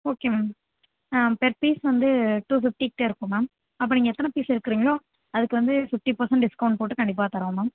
okay ma'am per piece வந்து two ஃபிஃப்டிகிட்ட இருக்கும் மேம் அப்போ நீங்கள் எத்தனை பீஸ் எடுக்கிறிங்களோ அதுக்கு வந்து ஃபிஃப்டி பெர்ஸன்ட் டிஸ்க்கவுண்ட் போட்டு கண்டிப்பாக தரோம் மேம்